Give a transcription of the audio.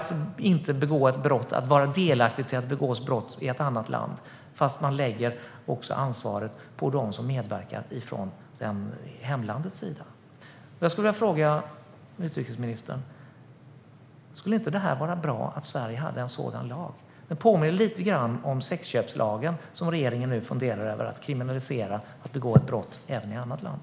Från hemlandets sida lägger man ansvaret också på dem som medverkar till att brott begås i ett annat land. Jag skulle vilja fråga utrikesministern: Skulle det inte vara bra om Sverige hade en sådan lag? Den påminner lite grann om sexköpslagen, och i fråga om den funderar regeringen på att kriminalisera brott begångna i ett annat land.